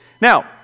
Now